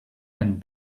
and